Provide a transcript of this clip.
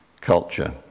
culture